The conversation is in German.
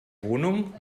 wohnung